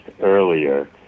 earlier